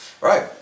Right